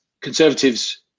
conservatives